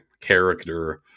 character